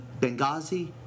Benghazi